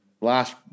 last